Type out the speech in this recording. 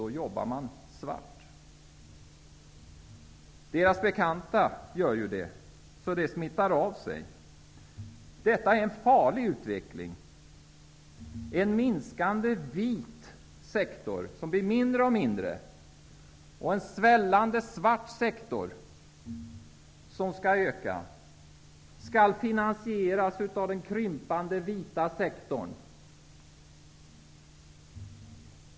Då jobbar de svart. Det gör ju deras bekanta. Det smittar av sig. Detta är en farlig utveckling. Den vita sektorn blir mindre och mindre, och en svällande svart sektor skall finansieras av den krympande vita sektorn.